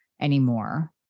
anymore